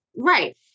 Right